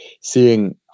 seeing